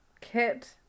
Kit